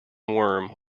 worm